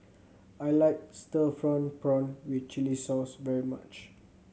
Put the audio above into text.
I like stir prawn with chili sauce very much